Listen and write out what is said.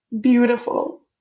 beautiful